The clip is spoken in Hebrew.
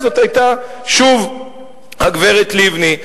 זאת היתה שוב הגברת לבני.